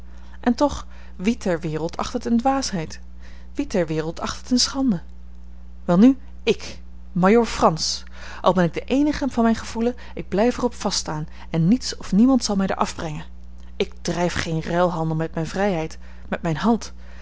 en toch wie ter wereld acht het eene dwaasheid wie ter wereld acht het eene schande welnu ik majoor frans al ben ik de eenige van mijn gevoelen ik blijf er op vast staan en niets of niemand zal mij daar afbrengen ik drijf geen ruilhandel met mijne vrijheid met mijne hand